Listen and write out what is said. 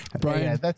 brian